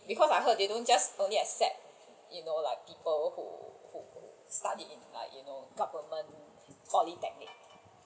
because I heard they don't only just accept you know like people who who study in like you know government polytechnic